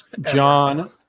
John